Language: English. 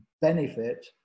benefit